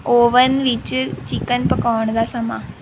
oven ਵਿੱਚ chicken ਪਕਾਉਣ ਦਾ ਸਮਾਂ